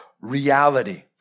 reality